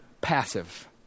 passive